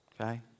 Okay